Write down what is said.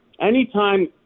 anytime